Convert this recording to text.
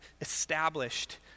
established